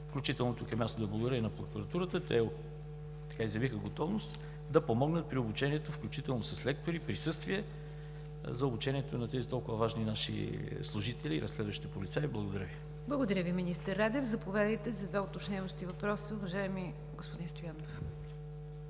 Включително тук е мястото да благодаря и на прокуратурата. Те изявиха готовност да помогнат при обучението, включително с лектори и присъствие за обучението на тези толкова важни наши служители и разследващи полицаи. Благодаря Ви. ПРЕДСЕДАТЕЛ НИГЯР ДЖАФЕР: Благодаря Ви, министър Радев. Заповядайте за два уточняващи въпроса, уважаеми господин Стоянов.